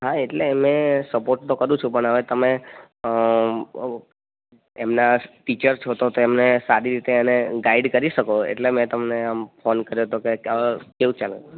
હા એટલે મેં સપોર્ટ તો કરું છું પણ હવે તમે એમના ટીચર છો તો તેમને સારી રીતે એને ગાઈડ કરી શકો એટલે મેં તમને આમ ફોન કર્યો તો કંઈક કેવું ચાલે